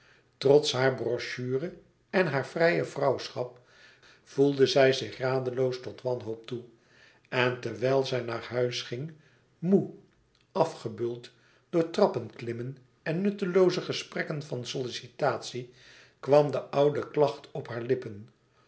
trots hare brochure en haar vrije vrouwschap voelde zij zich radeloos tot wanhoop toe en terwijl zij naar huis ging moê afgebeuld door trappenklimmen en nuttelooze gesprekken van sollicitatie kwam de oude klacht op hare lippen